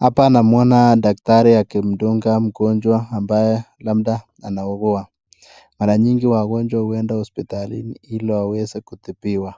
Hapa namwona daktari akimdunga mgonjwa ambaye labda anaugua. Mara nyingi ,wagonjwa huenda hospitalini hili waweze kutibiwa .